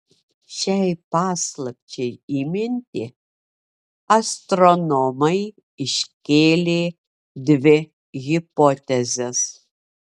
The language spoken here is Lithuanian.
šiai paslapčiai įminti astronomai iškėlė dvi hipotezes